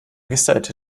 gestylte